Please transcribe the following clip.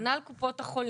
מגנה על קופות החולים,